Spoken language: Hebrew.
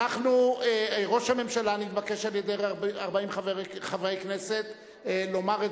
ראש הממשלה נתבקש על-ידי 40 חברי כנסת לומר את